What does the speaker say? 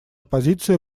позиция